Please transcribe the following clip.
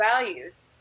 values